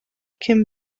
cyn